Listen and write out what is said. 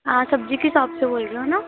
हाँ सब्ज़ी की शॉप से बोल रहे हो ना